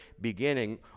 beginning